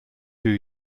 two